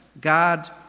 God